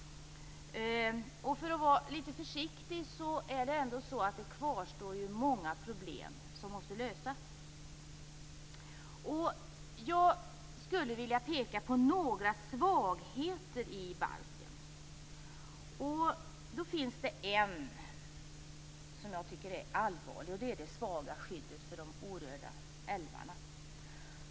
För att vara litet försiktig kvarstår ändå många problem som måste lösas. Jag skulle vilja peka på några svagheter i miljöbalken. Det finns en som jag tycker är allvarlig, det svaga skyddet för de orörda älvarna.